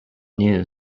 new